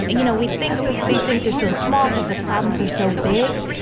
you know, we think that these things are so small because the problems are so big,